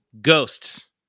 Ghosts